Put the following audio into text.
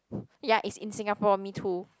ya it's in Singapore me too